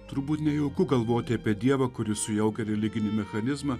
turbūt nejauku galvoti apie dievą kuris sujaukia religinį mechanizmą